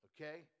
okay